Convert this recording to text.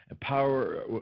Power